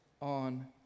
on